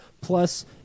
Plus